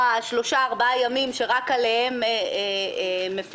שלושה ארבעה ימים שרק עליהם מפצים.